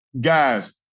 guys